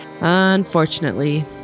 Unfortunately